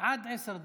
עד עשר דקות.